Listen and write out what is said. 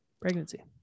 pregnancy